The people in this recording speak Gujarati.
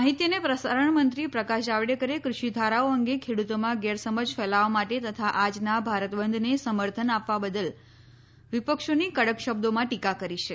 માહિતી અને પ્રસારણમંત્રી પ્રકાશ જાવડેકરે કૃષિધારાઓ અંગે ખેડૂતોમાં ગેરસમજ ફેલાવવા માટે તથા આજના ભારત બંધને સમર્થન આપવા બદલ વિપક્ષોની કડક શબ્દોમાં ટીકા કરી છે